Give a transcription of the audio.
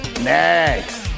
Next